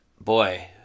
boy